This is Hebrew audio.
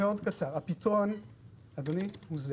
הפתרון הוא זה